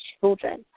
children